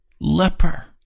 leper